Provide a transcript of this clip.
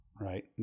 right